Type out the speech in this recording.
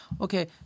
Okay